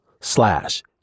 slash